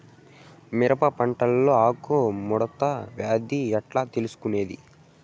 మిరప పంటలో ఆకు ముడత వ్యాధి ఎట్లా తెలుసుకొనేది?